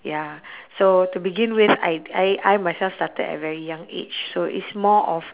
ya so to begin with I I I myself started at a very young age so it's more of